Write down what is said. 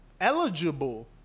eligible